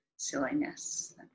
silliness